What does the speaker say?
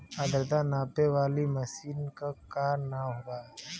आद्रता नापे वाली मशीन क का नाव बा?